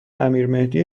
امیرمهدی